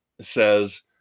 says